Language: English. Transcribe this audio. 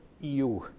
EU